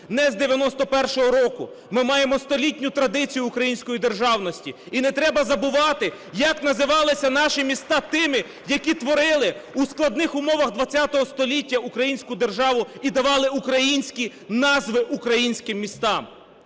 не з 1991 року, ми маємо столітню традицію української державності. І не треба забувати, як називалися наші міста тими, які творили у складних умовах ХХ століття українську державу і давали українські назви українським містам.